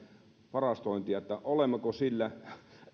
varastointia olemmeko sillä